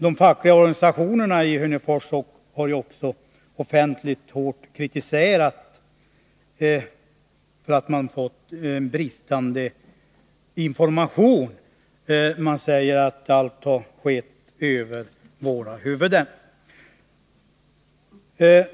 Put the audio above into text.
De fackliga organisationerna i Hörnefors har också offentligt hårt kritiserat att de fått bristande information. De säger att allt har skett över deras huvuden.